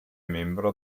membro